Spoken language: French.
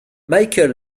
michael